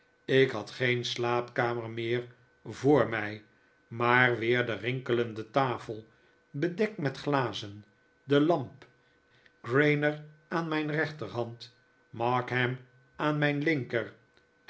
ik had geen slaapkamer meer voor mij maar weer de rinkelende tafel bedekt met glazen de lamp grainger aan mijn rechterhand markham aan mijn linker